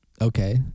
Okay